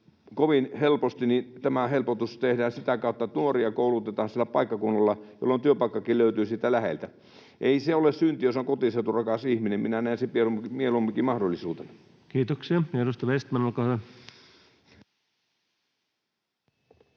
vaan tehdään tämä helpotus sitä kautta, että nuoria koulutetaan siellä paikkakunnalla, jolloin työpaikkakin löytyy siitä läheltä. Ei se ole synti, jos on kotiseuturakas ihminen. Minä näen sen mieluumminkin mahdollisuutena. [Speech 209] Speaker: